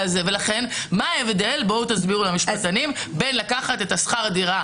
ולכן בואו תסבירו למשפטנים מה ההבדל בין לקחת את שכר הדירה